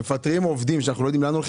מפטרים עובדים שלא יודעים לאן הולכים